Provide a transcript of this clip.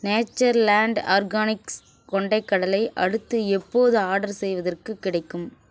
nature land organics கொண்டைக் கடலை அடுத்து எப்போது ஆர்டர் செய்வதற்குக் கிடைக்கும்